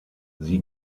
sie